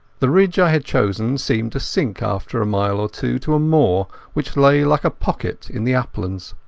the ridge i had chosen seemed to sink after a mile or two to a moor which lay like a pocket in the uplands.